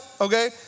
okay